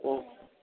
ओम्